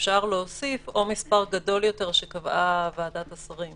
אפשר להוסיף "או מספר גדול יותר שקבעה ועדת השרים".